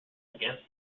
against